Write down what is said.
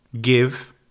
Give